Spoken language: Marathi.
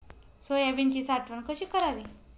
सोयाबीनची साठवण कशी करावी?